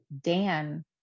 dan